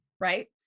right